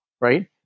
right